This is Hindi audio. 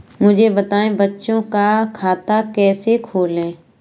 मुझे बताएँ बच्चों का खाता कैसे खोलें?